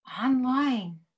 online